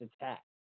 attack